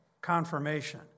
confirmation